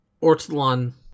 Ortolan